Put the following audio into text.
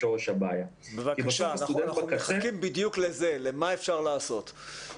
אנחנו מחכים בדיוק לזה, מה אפשר לעשות?